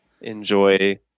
enjoy